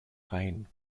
rhein